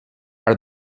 are